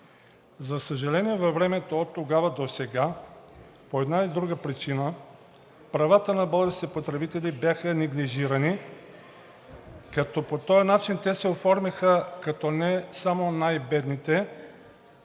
За съжаление, във времето от тогава до сега по една или друга причина правата на българските потребители бяха неглижирани, като по този начин те се оформиха не само като най-бедните